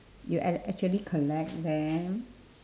you a~ actually collect them